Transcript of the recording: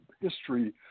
history